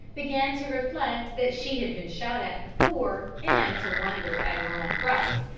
began to reflect that she had been shot at before and to wonder at her own fright,